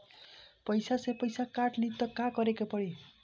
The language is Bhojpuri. खाता से पैसा काट ली त का करे के पड़ी?